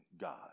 God